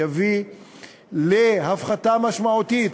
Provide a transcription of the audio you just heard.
יביא להפחתה משמעותית,